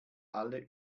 alle